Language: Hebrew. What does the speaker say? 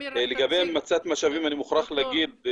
לגבי הקצאת המשאבים אני מוכרח להגיד,